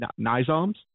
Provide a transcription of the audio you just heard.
Nizoms